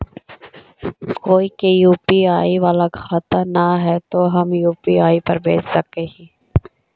कोय के यु.पी.आई बाला खाता न है तो हम यु.पी.आई पर भेज सक ही?